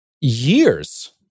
years